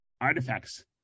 artifacts